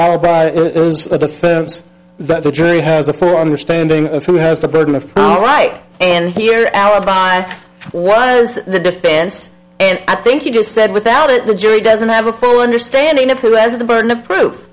firms that the jury has a full understanding of who has the burden of the right and here alibi was the defense and i think you just said without it the jury doesn't have a full understanding of who has the burden of proof